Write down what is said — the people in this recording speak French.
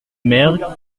mères